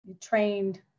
trained